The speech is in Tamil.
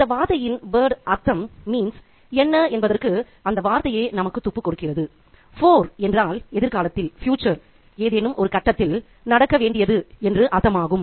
இந்த வார்த்தையின் அர்த்தம் என்ன என்பதற்கு அந்த வார்த்தையே நமக்கு துப்பு கொடுக்கிறது ஃபோர் என்றால் எதிர்காலத்தில் ஏதேனும் ஒரு கட்டத்தில் நடக்க வேண்டியது என்று அர்த்தமாகும்